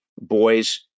boys